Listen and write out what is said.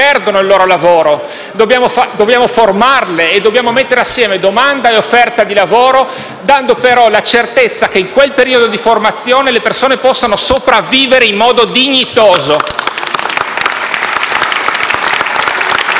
che perdono il loro lavoro; dobbiamo formarle e mettere assieme domanda e offerta di lavoro, dando, però, la certezza che in quel periodo di formazione le persone possono sopravvivere in modo dignitoso.